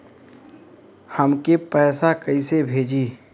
हमके पैसा कइसे भेजी?